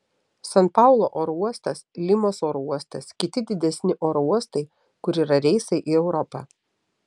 san paulo oro uostas limos oro uostas kiti didesni oro uostai kur yra reisai į europą